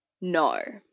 no